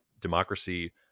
democracy